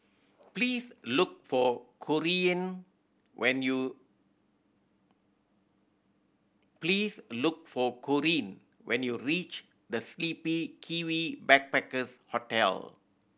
please look for Corean when you please look for Corean when you reach The Sleepy Kiwi Backpackers Hostel